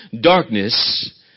darkness